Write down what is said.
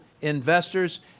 Investors